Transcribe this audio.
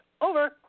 Over